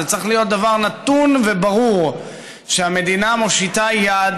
זה צריך להיות דבר נתון וברור שהמדינה מושיטה יד